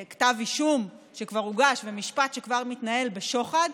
כתב אישום כבר הוגש ומשפט כבר מתנהל על שוחד.